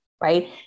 right